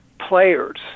players